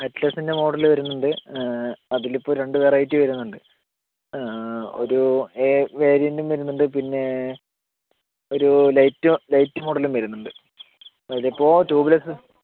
അറ്റ്ലസിൻ്റെ model വരുന്നുണ്ട് അതിലിപ്പൊൾ രണ്ട് വെറൈറ്റി വരുന്നുണ്ട് ഒരു എ വേരിയൻറ്റും വരുന്നുണ്ട് പിന്നേ ഒരു ലൈറ്റ് ലൈറ്റ് മോഡലും വരുന്നുണ്ട് അതിലിപ്പോൾ ടൂബ് ലെസ്സ്